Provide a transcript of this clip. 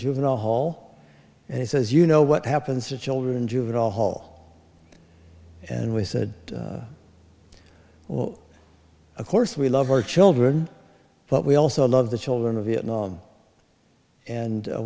juvenile hall he says you know what happens to children juvenile hall and we said well of course we love our children but we also love the children of vietnam and